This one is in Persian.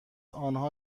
آنها